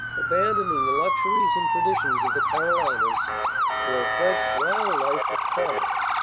abandoning the luxuries and traditions of the carolinas for a fresh, wild life of promise.